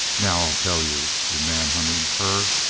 now i'll tell you. you manhunting cur,